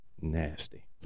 Nasty